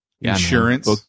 Insurance